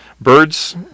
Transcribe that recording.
Birds